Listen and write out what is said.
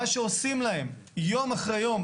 מה שעושים להם יום אחרי יום,